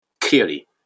Clearly